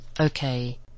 Okay